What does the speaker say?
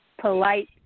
polite